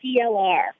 CLR